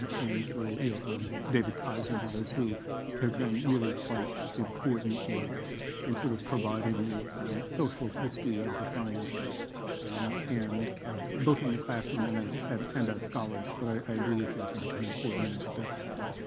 and so you know um david kaiser and others, who have done really quite important work in sort of providing the social history of the sciences um and both in the classroom and and as scholars, but i i agree with you. i think it's an important next step for us.